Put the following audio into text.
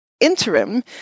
interim